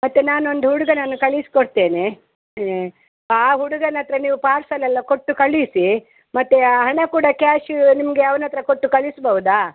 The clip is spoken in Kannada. ಮತ್ತು ನಾನು ಒಂದು ಹುಡುಗನನ್ನು ಕಳಿಸಿ ಕೊಡ್ತೇನೆ ಆ ಹುಡುಗನ ಹತ್ರ ನೀವು ಪಾರ್ಸೆಲೆಲ್ಲ ಕೊಟ್ಟು ಕಳುಹಿಸಿ ಮತ್ತು ಹಣ ಕೂಡ ಕ್ಯಾಶು ನಿಮಗೆ ಅವನತ್ರ ಕೊಟ್ಟು ಕಳಿಸ್ಬೌದ